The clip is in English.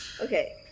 Okay